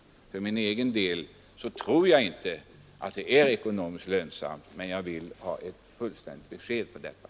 För min egen del tror jag inte att en utbyggnad av kanalen är ekonomiskt lönsam, men jag vill ha ett fullständigt besked på den punkten.